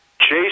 chase